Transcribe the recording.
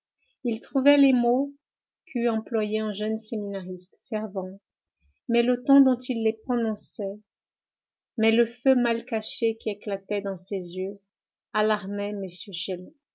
il trouvait les mots qu'eût employés un jeune séminariste fervent mais le ton dont il les prononçait mais le feu mal caché qui éclatait dans ses yeux alarmaient